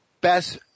best